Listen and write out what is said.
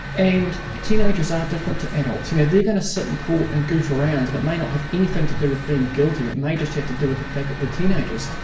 and teenagers are different to adults. you know, they're going to sit in court and goof around, and it may not have anything to do with being guilty, it may just have to do with the fact that they're teenagers.